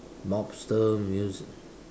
mobster music